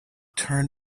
turn